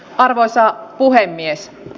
arvoisa puhemies